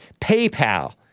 PayPal